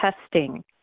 testing